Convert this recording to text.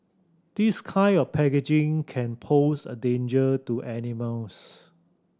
this kind of packaging can pose a danger to animals